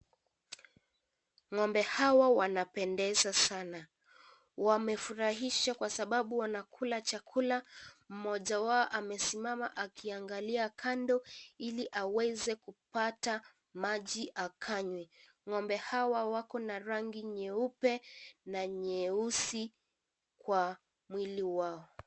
Ng'ombe hawa wanapendeza sana. Wamefurahisha kwa sababu wanakula chakula. Mmoja wao amesimama akiangalia kando ili aweze kupata maji akanywe. Ng'ombe hawa wako na rangi nyeupe na nyeusi kwa mwili wao.